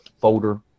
folder